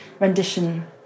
rendition